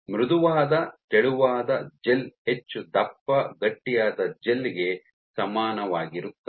ಮೃದುವಾದ ತೆಳುವಾದ ಜೆಲ್ ಹೆಚ್ಚು ದಪ್ಪ ಗಟ್ಟಿಯಾದ ಜೆಲ್ ಗೆ ಸಮಾನವಾಗಿರುತ್ತದೆ